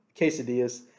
quesadillas